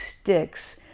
sticks